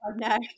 no